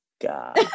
God